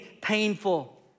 painful